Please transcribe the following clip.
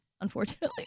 unfortunately